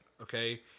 okay